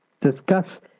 discuss